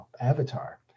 Avatar